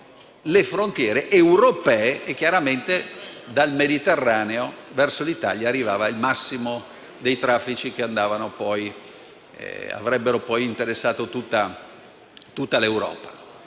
le frontiere europee e, chiaramente, dal Mediterraneo verso l'Italia arrivava il maggior numero dei traffici che avrebbero poi interessato tutta l'Europa.